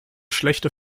schlechte